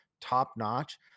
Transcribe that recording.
top-notch